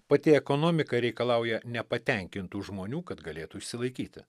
pati ekonomika reikalauja nepatenkintų žmonių kad galėtų išsilaikyti